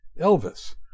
Elvis